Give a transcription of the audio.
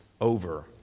over